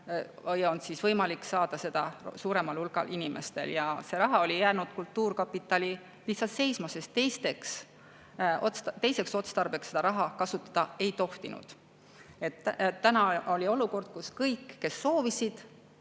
tõsta või maksta seda suuremale hulgale inimestele. See raha oli jäänud kultuurkapitali lihtsalt seisma, sest teiseks otstarbeks seda raha kasutada ei tohtinud. [Sel aastal] oli olukord, kus kõik, kes soovisid,